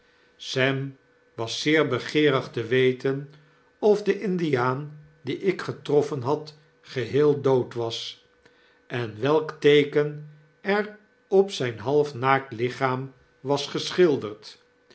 sem was zeer begeerig te weten of de indiaan dien ik getroffen had geheel dood was en welk teeken er op zijn half naakt lichaam was geschilderd